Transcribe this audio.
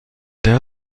der